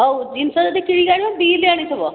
ହଉ ଜିନିଷ ଯଦି କିଣିକି ଆଣିବ ବିଲ୍ ଆଣିଥିବ